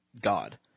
God